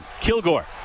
Kilgore